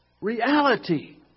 Reality